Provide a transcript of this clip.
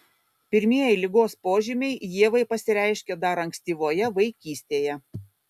pirmieji ligos požymiai ievai pasireiškė dar ankstyvoje vaikystėje